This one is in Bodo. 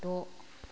द'